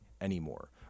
anymore